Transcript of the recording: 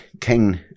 King